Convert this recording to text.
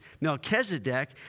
Melchizedek